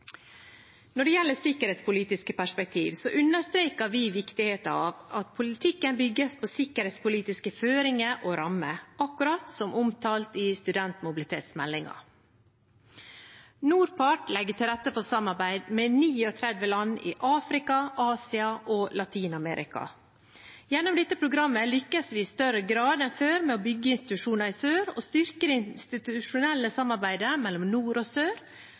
Når det gjelder det sikkerhetspolitiske perspektivet, understreker vi viktigheten av at politikken bygges på sikkerhetspolitiske føringer og rammer, akkurat som omtalt i studentmobilitetsmeldingen. NORPART legger til rette for samarbeid med 39 land i Afrika, Asia og Latin-Amerika. Gjennom dette programmet lykkes vi i større grad enn før med å bygge institusjoner i sør og styrke det institusjonelle samarbeidet mellom nord og sør,